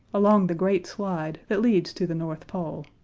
along the great slide that leads to the north pole.